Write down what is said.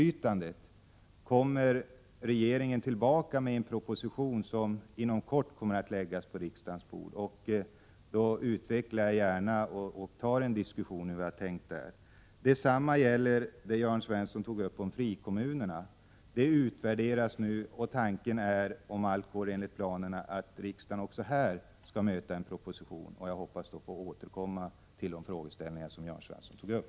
1986/87:122 inflytandet. Den kommer inom kort att läggas på riksdagens bord. Då tar jag 13 maj 1987 gärna en diskussion och utvecklar hur vi har tänkt i den frågan. Detsamma gäller det Jörn Svensson tog upp om frikommunerna. Försöket utvärderas nu och tanken är, om allt går enligt planerna, att riksdagen även här skall möta en proposition. Jag hoppas att då få återkomma till de frågeställningar som Jörn Svensson tog upp.